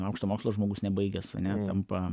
aukšto mokslo žmogus nebaigęs ane tampa